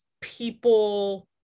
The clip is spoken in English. people